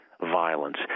violence